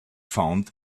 found